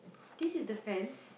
this is the fence